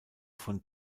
von